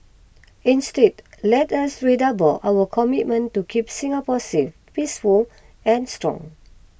instead let us redouble our commitment to keep Singapore safe peaceful and strong